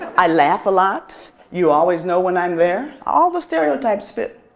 i laugh a lot you always known when i'm there. all the stereotypes fit.